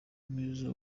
mwiza